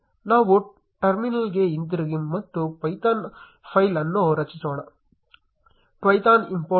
ನಾವು ಟರ್ಮಿನಲ್ಗೆ ಹಿಂತಿರುಗಿ ಮತ್ತು ಪೈಥಾನ್ ಫೈಲ್ ಅನ್ನು ರಚಿಸೋಣ